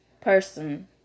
person